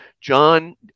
John